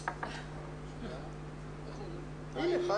ה-zoom